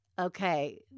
Okay